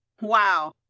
wow